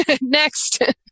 next